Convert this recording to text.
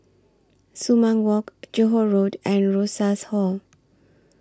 Sumang Walk Johore Road and Rosas Hall